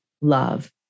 love